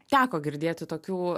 teko girdėti tokių